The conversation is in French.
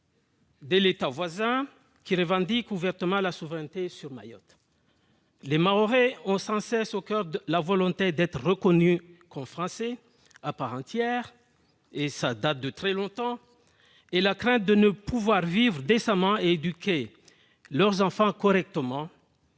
de l'État voisin, qui revendique ouvertement la souveraineté sur Mayotte. Les Mahorais ont sans cesse à coeur la volonté d'être reconnus comme Français à part entière- cela remonte à loin -et la crainte de ne pouvoir vivre décemment et éduquer leurs enfants correctement,